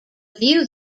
view